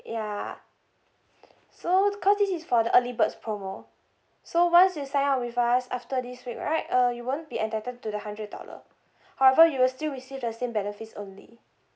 ya so cause this is for the early birds promo so once you sign up with us after this week right uh you won't be entitled to the hundred dollar however you will still receive the same benefits only